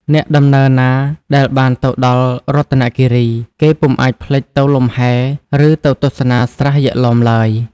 អ្នកដំណើរណា ដែលបានទៅដល់រតនគិរី គេពុំអាចភ្លេចទៅលំហែ ឬទៅទស្សនាស្រះយក្ខឡោមឡើយ។